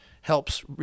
helps